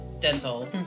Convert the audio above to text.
dental